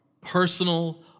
personal